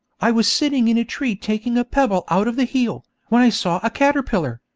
i was sitting in a tree taking a pebble out of the heel, when i saw a caterpillar,